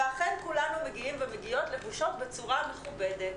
ואכן כולנו מגיעים ומגיעות לבושים ולבושות בצורה מכובדת,